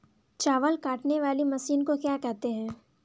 चावल काटने वाली मशीन को क्या कहते हैं?